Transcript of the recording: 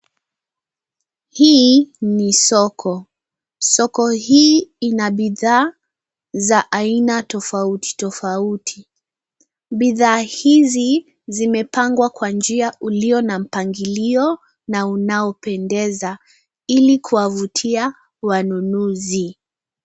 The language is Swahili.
Hii ni soko. Soko hii ina bidhaa za aina tofauti tofauti. Bidhaa hizi zimepangwa kwa njia uliyo na mpangilio na unaopendeza, ili kuwavutia wanunuzi.